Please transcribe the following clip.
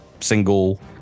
single